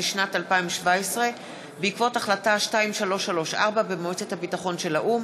לשנת 2017 בעקבות החלטה 2334 במועצת הביטחון של האו"ם.